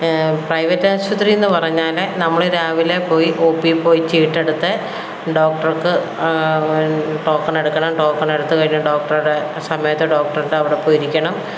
private ആശുപത്രി എന്ന് പറഞ്ഞാൽ നമ്മൾ രാവിലെ പോയി ഒപി പോയി ചീട്ട് എടുത്ത് ഡോക്ടർക്ക് ടോക്കൻ എടുക്കണം ടോക്കൺ എടുത്തു കഴിഞ്ഞു ഡോക്ടറുടെ സമയത്ത് ഡോക്ടറുടെ അവിടെ പോയിരിക്കണം